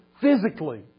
physically